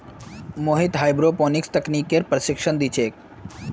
Mohit hydroponics तकनीकेर प्रशिक्षण दी छे